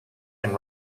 and